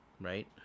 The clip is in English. Right